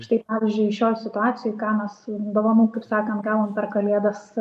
štai pavyzdžiui šioj situacijoj ką mes dovanų kaip sakant gavom per kalėdas